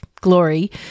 glory